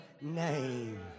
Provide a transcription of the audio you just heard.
name